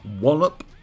Wallop